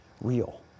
real